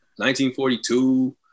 1942